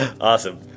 Awesome